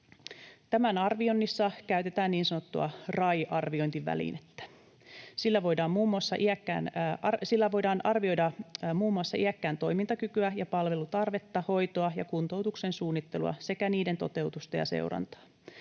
Tämän arvioinnissa käytetään niin sanottua RAI-arviointivälinettä. Sillä voidaan arvioida muun muassa iäkkään toimintakykyä ja palvelutarvetta, hoitoa ja kuntoutuksen suunnittelua sekä niiden toteutusta ja seurantaa.